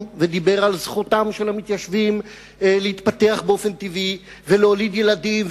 ודיבר על זכותם של המתיישבים להתפתח באופן טבעי ולהוליד ילדים,